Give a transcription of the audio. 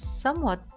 Somewhat